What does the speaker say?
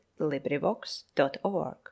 LibriVox.org